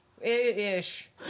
Ish